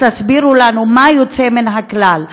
אז תסבירו לנו מה יוצא מן הכלל,